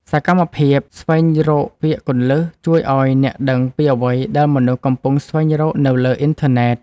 សកម្មភាពស្វែងរកពាក្យគន្លឹះ ជួយឱ្យអ្នកដឹងពីអ្វីដែលមនុស្សកំពុងស្វែងរកនៅលើអ៊ីនធឺណិត។